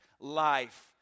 life